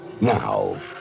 Now